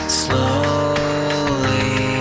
slowly